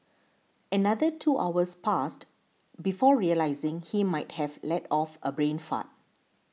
another two hours passed before realising he might have let off a brain fart